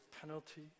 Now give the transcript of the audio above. penalty